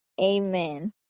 Amen